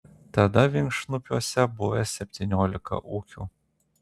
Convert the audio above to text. tada vinkšnupiuose buvę septyniolika ūkių